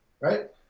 right